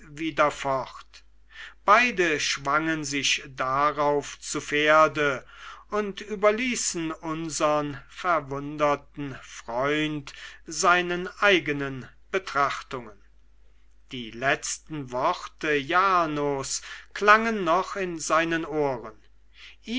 wieder fort beide schwangen sich darauf zu pferde und überließen unsern verwunderten freund seinen eigenen betrachtungen die letzten worte jarnos klangen noch in seinen ohren